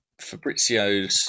Fabrizio's